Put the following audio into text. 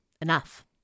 enough